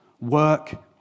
work